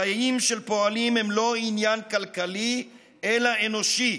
חיים של פועלים הם לא עניין כלכלי אלא אנושי.